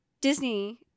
Disney